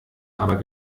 aber